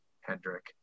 Hendrick